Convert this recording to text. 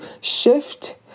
shift